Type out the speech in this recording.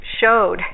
showed